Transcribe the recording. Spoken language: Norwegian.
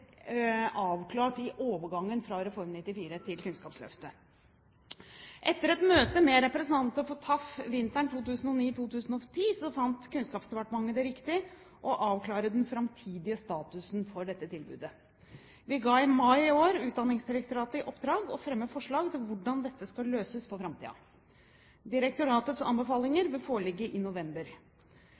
avklart ved overgangen fra Reform 94 til Kunnskapsløftet. Etter et møte med representanter for TAF vinteren 2009–2010 fant Kunnskapsdepartementet det riktig å avklare den framtidige statusen for dette tilbudet. Vi ga i mai i år Utdanningsdirektoratet i oppdrag å fremme forslag til hvordan dette skal løses for framtiden. Direktoratets anbefalinger vil foreligge i november.